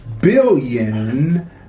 Billion